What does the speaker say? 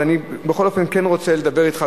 אז אני רוצה לדבר אתך,